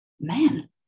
man